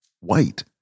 white